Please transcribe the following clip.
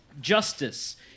Justice